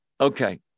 Okay